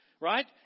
right